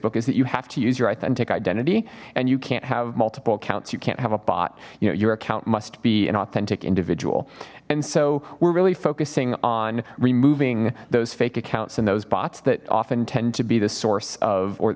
facebook is that you have to use your authentic identity and you can't have multiple accounts you can't have a bot you know your account must be an authentic individual and so we're really focusing on removing those accounts in those bots that often tend to be the source of or